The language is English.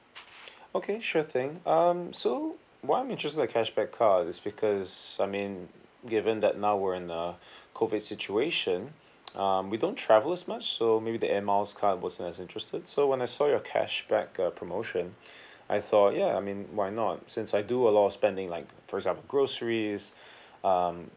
okay sure thing um so why I'm interested the cashback card is because I mean given that now we are in a COVID situation um we don't travel as much so maybe the air miles card wasn't as interested so when I saw your cashback uh promotion I thought ya I mean why not since I do a lot of spending like for example groceries um